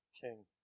king